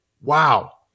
Wow